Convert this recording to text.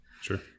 Sure